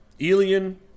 Elian